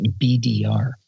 BDR